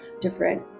different